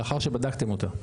לאחר שבדקתם אותה,